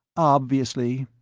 obviously,